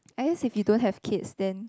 at least if you don't have kids then